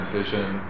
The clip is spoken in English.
vision